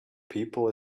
people